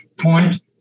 Point